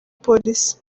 polisi